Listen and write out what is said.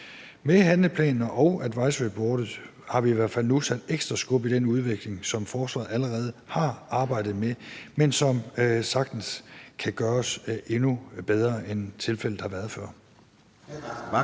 Med handleplanen og advisoryboardet har vi i hvert fald nu sat ekstra skub i den udvikling, som forsvaret allerede har arbejdet med, men som sagtens kan gøres endnu bedre, end tilfældet har været før.